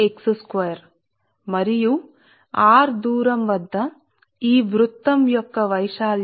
కాబట్టి ఈ వృత్తం యొక్క ఈ వైశాల్యం మరియు R దూరం వద్ద వృత్తం వైశాల్యం